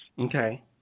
Okay